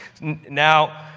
Now